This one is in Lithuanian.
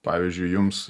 pavyzdžiui jums